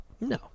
No